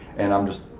and i'm just,